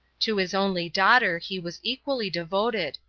to his only daughter he was equally devoted,